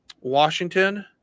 Washington